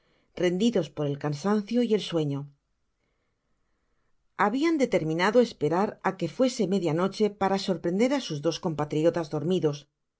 rendidos por el cansancio y el sueño habian determinado esperar á que fuese media uoche para sorprender á sus dos com patariotas dormidos